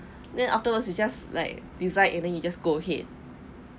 then afterwards you just like decide and then you just go ahead